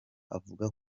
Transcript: avuga